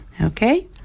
Okay